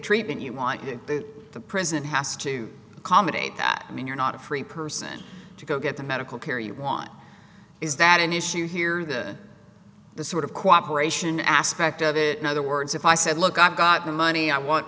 treatment you want the prison has to accommodate that mean you're not a free person to go get the medical care you want is that an issue here that the sort of cooperation aspect of it now the words if i said look i've got the money i want